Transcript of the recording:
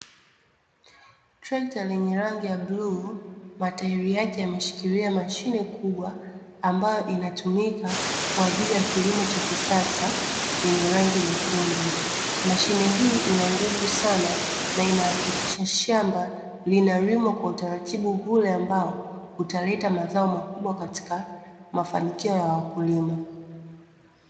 Trekta lenye rangi ya bluu matairi yake yameshikilia mashine kubwa ambayo inatumika kwa ajili ya kilimo cha kisasa yenye rangi nyekundu. Mashine hii ina nguvu sana na ina hakikisha shamba linalimwa kwa utaratibu ule ambao utaleta mazao makubwa katika mafanikio wa wakulima.